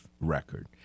record